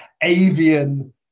avian